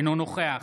אינו נוכח